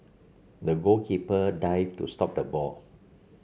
the goalkeeper dived to stop the ball